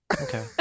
okay